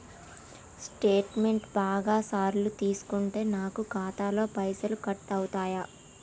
Statement బాగా సార్లు తీసుకుంటే నాకు ఖాతాలో పైసలు కట్ అవుతయా?